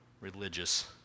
religious